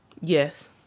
Yes